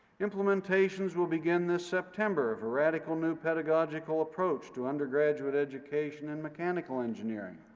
implementations will begin this september of a radical new pedagogical approach to undergraduate education in mechanical engineering.